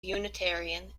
unitarian